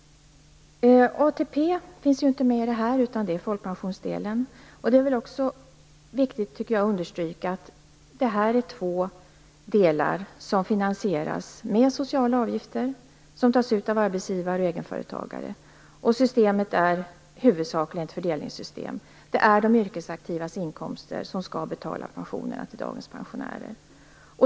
ATP finns inte med i detta, utan det rör sig om folkpensionsdelen. Det är också viktigt att understryka att detta är två delar som finansieras med sociala avgifter som tas ut av arbetsgivare och egenföretagare. Systemet är huvudsakligen ett fördelningssystem. Det är de yrkesaktivas inkomster som skall betala pensionerna till dagens pensionärer.